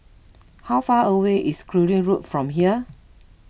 how far away is Cluny Road from here